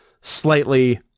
slightly